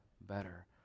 better